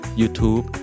YouTube